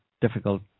difficult